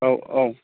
औ औ